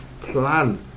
Plan